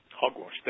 hogwash